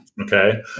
Okay